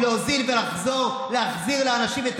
ביום הראשון.